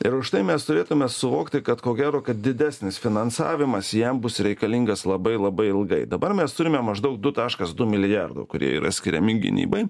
ir štai mes turėtume suvokti kad ko gero kad didesnis finansavimas jam bus reikalingas labai labai ilgai dabar mes turime maždaug du taškas du milijardo kurie yra skiriami gynybai